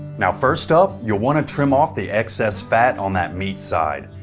now first up, you'll want to trim off the excess fat on that meat side.